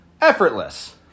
effortless